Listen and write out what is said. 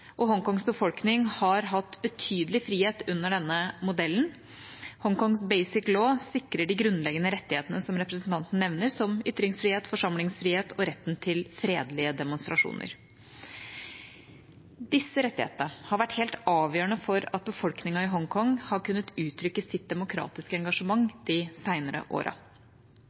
og Hongkongs befolkning har hatt betydelig frihet under denne modellen. Hongkongs Basic Law sikrer de grunnleggende rettighetene, som representanten nevner, som ytringsfrihet, forsamlingsfrihet og retten til fredelige demonstrasjoner. Disse rettighetene har vært helt avgjørende for at befolkningen i Hongkong har kunnet uttrykke sitt demokratiske engasjement de